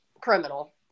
criminal